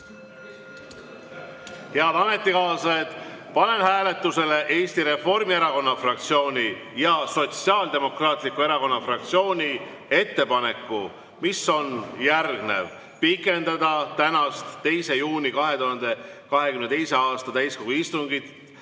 ametikaaslased, panen hääletusele Eesti Reformierakonna fraktsiooni ja Sotsiaaldemokraatliku Erakonna fraktsiooni ettepaneku, mis on järgnev: pikendada tänast, 2. juuni 2022. aasta täiskogu istungit